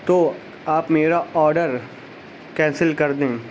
تو آپ میرا آڈر کینسل کر دیں